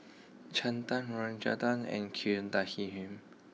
Chetan Rajaratnam and